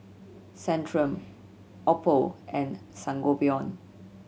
Centrum Oppo and Sangobion